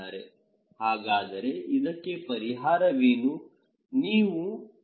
ಹಾಗಾದರೆ ಇದಕ್ಕೆ ಪರಿಹಾರವೇನು